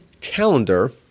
calendar